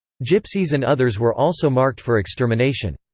gypsies and others were also marked for extermination.